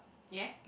ya